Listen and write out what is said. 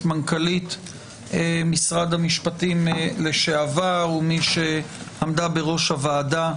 את מנכ"לית משרד המשפטים לשעבר ומי שעמדה בראש הוועדה,